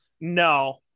No